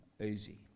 easy